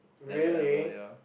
never ever ya